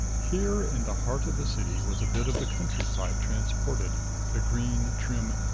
here, in the heart of the city, was a bit of the countryside transported the green, trim,